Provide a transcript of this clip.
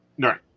right